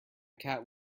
cat